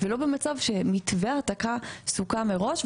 ולא במצב שמתווה ההעתקה סוכם מראש,